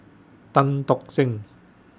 Tan Tock Seng